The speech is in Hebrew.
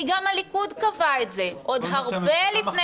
כי גם הליכוד קבע את זה עוד הרבה לפני